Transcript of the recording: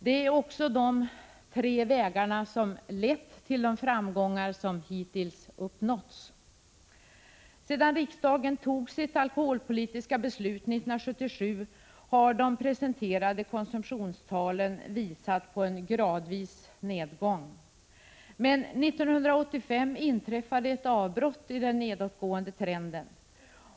Det är också de tre vägarna som har lett till de framgångar som hittills har uppnåtts. Sedan riksdagen tog sitt alkoholpolitiska beslut 1977 har de presenterade konsumtionstalen visat på en gradvis nedgång. Men 1985 inträffade ett avbrott i den nedåtgående trenden.